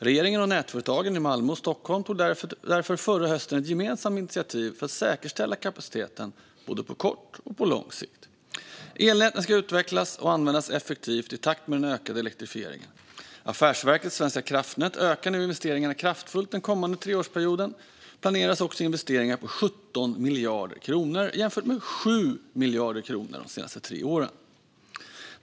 Regeringen och nätföretagen i Malmö och Stockholm tog därför förra hösten ett gemensamt initiativ för att säkerställa kapaciteten på både kort och lång sikt. Elnäten ska utvecklas och användas effektivt i takt med den ökade elektrifieringen. Affärsverket svenska kraftnät ökar nu investeringarna kraftfullt. Den kommande treårsperioden planeras investeringar på 17 miljarder kronor, att jämföra med 7 miljarder kronor de senaste tre åren.